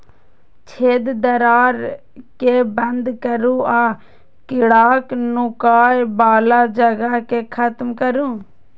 छेद, दरार कें बंद करू आ कीड़ाक नुकाय बला जगह कें खत्म करू